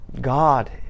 God